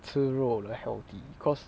吃肉 very healthy because